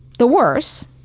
the worse,